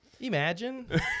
Imagine